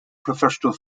professional